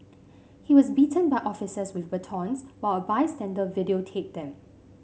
he was beaten by officers with batons while a bystander videotaped them